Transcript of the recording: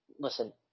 listen